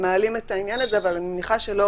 הם מעלים את העניין הזה, אבל אני מניחה שלא